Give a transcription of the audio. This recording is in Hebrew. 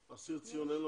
בארנונה?